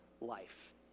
life